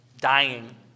dying